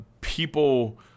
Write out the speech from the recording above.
people